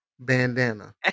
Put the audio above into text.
Bandana